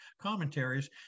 commentaries